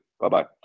Bye-bye